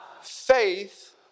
Faith